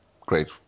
great